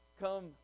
come